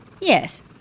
Yes